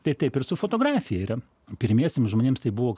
tai taip ir su fotografija yra pirmiesiems žmonėms tai buvo